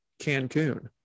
Cancun